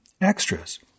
extras